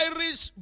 Irish